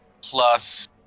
plus